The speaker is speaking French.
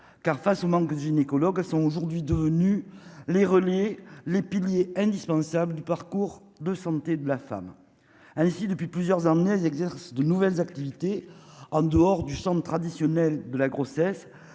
car face au manque de gynécologues sont aujourd'hui devenus les relier les piliers indispensables du parcours de santé de la femme ainsi depuis plusieurs ardennaise exerce de nouvelles activités en dehors du centre-traditionnel de la grossesse,